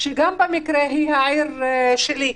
שהיא במקרה העיר שלי.